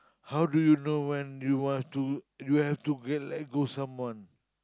how do you know when you want to you have to get let go someone